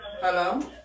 Hello